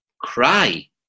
cry